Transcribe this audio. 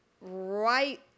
right